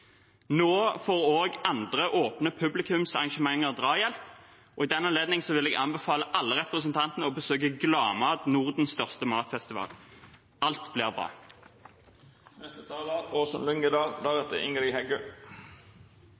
Nå får også andre åpne publikumsarrangementer drahjelp. I den anledning vil jeg anbefale alle representantene å besøke Gladmat, Nordens største matfestival. «Alt blir bra.»